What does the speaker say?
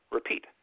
Repeat